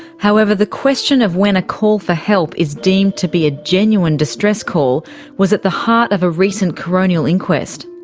however, the question of when a call for help is deemed to be a genuine distress call was at the heart of a recent colonial inquest.